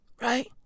Right